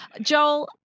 Joel